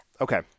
okay